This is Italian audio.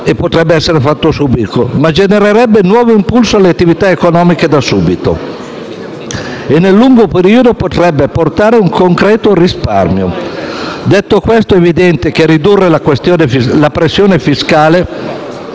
e potrebbe essere fatto immediatamente, ma genererebbe nuovo impulso alle attività economiche da subito, mentre nel lungo periodo potrebbe portare un concreto risparmio. Detto questo, è evidente che ridurre la pressione fiscale